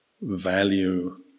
value